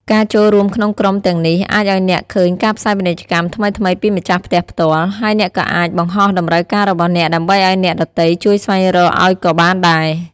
ការចូលរួមក្នុងក្រុមទាំងនេះអាចឱ្យអ្នកឃើញការផ្សាយពាណិជ្ជកម្មថ្មីៗពីម្ចាស់ផ្ទះផ្ទាល់ ហើយអ្នកក៏អាចបង្ហោះតម្រូវការរបស់អ្នកដើម្បីឱ្យអ្នកដទៃជួយស្វែងរកអោយក៏បានដែរ។